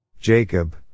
Jacob